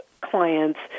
clients